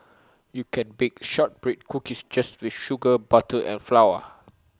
you can bake Shortbread Cookies just with sugar butter and flour